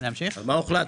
להמשיך?